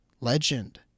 Legend